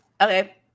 Okay